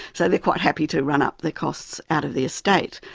so they are quite happy to run up the costs out of the estate.